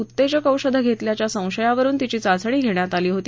उत्तेजक औषधं घेतल्याच्या संशयावरून तिची चाचणी घेण्यात आली होती